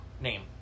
name